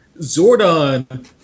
zordon